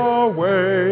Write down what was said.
away